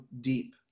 deep